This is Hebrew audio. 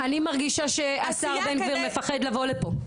אני מרגישה שהשר בן גביר מפחד לבוא לפה.